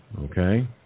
Okay